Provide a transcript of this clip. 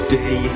day